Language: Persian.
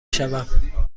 شوم